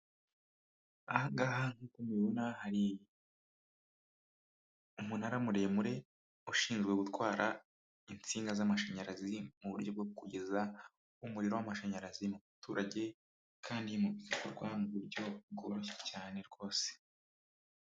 Aha ngaha nkuko mubibona hari umunara muremure ushinzwe gutwara insinga z'amashanyarazi mu buryo bwo kugeza umuriro w'amashanyarazi mu baturage kandi mu bikorwa mu buryo bworoshye cyane rwose.